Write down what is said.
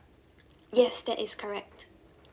yes that is correct